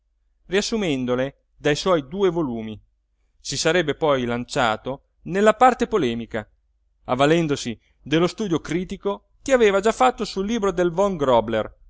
catara riassumendole dai suoi due volumi si sarebbe poi lanciato nella parte polemica avvalendosi dello studio critico che aveva già fatto sul libro del von grobler